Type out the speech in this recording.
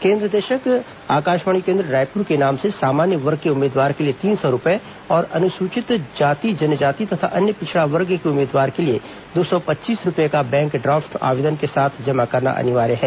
केन्द्र निदेशक आकाशवाणी केन्द्र रायपुर के नाम से सामान्य वर्ग के उम्मीदवार के लिए तीन सौ रूपए और अनुसूचित जाति जनजाति तथा अन्य पिछड़ा वर्ग के उम्मीदवार के लिए दो सौ पच्चीस रूपये का बैंक ड्राफ्ट आवेदन पत्र के साथ जमा करना अनिवार्य है